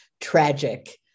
tragic